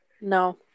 No